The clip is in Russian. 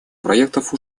проектов